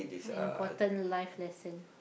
one important life lesson